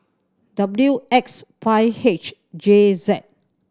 W X five H J Z